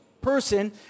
person